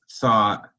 thought